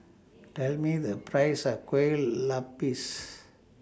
Tell Me The Price of Kueh Lupis